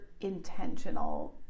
intentional